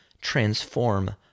transform